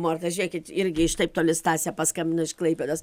morta žiūrėkit irgi iš taip toli stasė paskambino iš klaipėdos